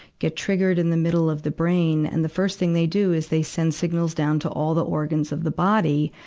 get triggered in the middle of the brain. and the first thing they do is send signals down to all the organs of the body,